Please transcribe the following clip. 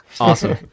Awesome